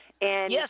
Yes